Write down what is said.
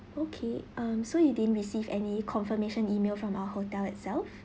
okay um so you didn't receive any confirmation email from our hotel itself